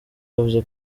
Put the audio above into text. yavuze